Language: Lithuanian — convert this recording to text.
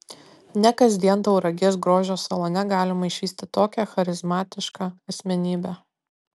ne kasdien tauragės grožio salone galima išvysti tokią charizmatišką asmenybę